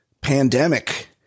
pandemic